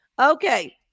Okay